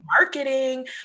marketing